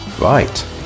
Right